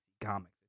comics